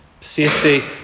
Safety